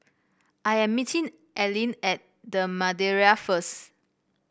I am meeting Allyn at The Madeira first